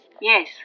Yes